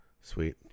Sweet